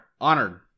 Honored